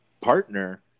partner